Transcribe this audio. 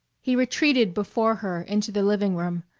he retreated before her into the living room,